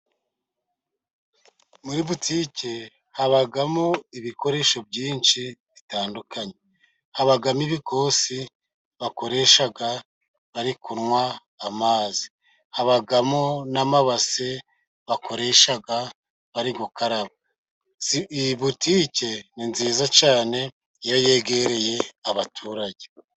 Muri butike habamo ibikoresho byinshi bitandukanye. Habamo ibikosi bakoresha bari kunywa amazi. Habamo n'amabase bakoresha bari gukaraba. Iyi butike ni nziza cyane iyo yegereye abaturage.